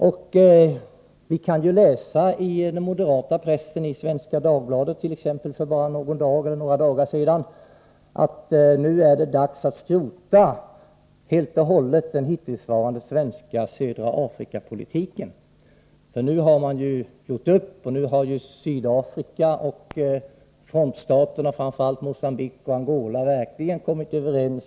Vi har kunnat läsa i den moderata pressen, t.ex. i Svenska Dagbladet för bara några dagar sedan, att det nu är dags att helt och hållet skrota den hittillsvarande svenska södra Afrika-politiken. Nu har man gjort upp, sägs det, och nu har Sydafrika och frontstaterna — framför allt Mogambique och Angola — verkligen kommit överens.